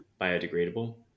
biodegradable